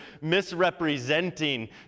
misrepresenting